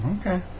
okay